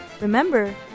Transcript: Remember